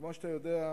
כמו שאתה יודע,